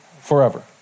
forever